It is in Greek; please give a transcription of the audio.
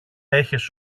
είχες